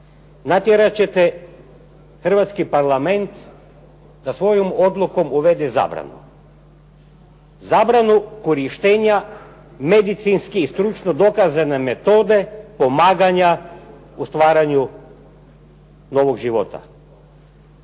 natjerat ćete Hrvatski parlament da svojom odlukom uvede zabranu, zabranu korištenja medicinski i stručno dokazane metode pomaganja u stvaranju novog života.